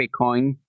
Bitcoin